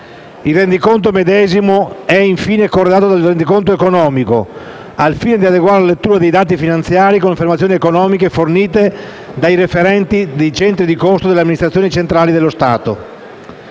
Il Rendiconto medesimo è, infine, corredato del Rendiconto economico, al fine di integrare la lettura dei dati finanziari con le informazioni economiche fornite dai referenti dei centri di costo delle amministrazioni centrali dello Stato.